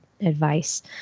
advice